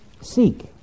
Seek